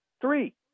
Three